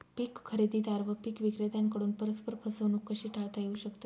पीक खरेदीदार व पीक विक्रेत्यांकडून परस्पर फसवणूक कशी टाळता येऊ शकते?